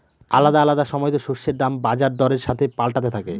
আলাদা আলাদা সময়তো শস্যের দাম বাজার দরের সাথে পাল্টাতে থাকে